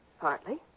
partly